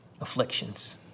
afflictions